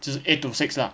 就是 eight to six lah